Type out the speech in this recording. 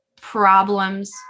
problems